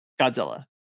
Godzilla